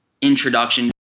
introduction